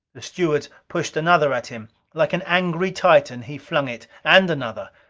the stewards pushed another at him. like an angry titan, he flung it. and another.